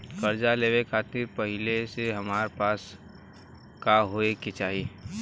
कर्जा लेवे खातिर पहिले से हमरा पास का होए के चाही?